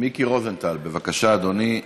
מיקי רוזנטל, בבקשה, אדוני,